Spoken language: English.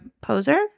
poser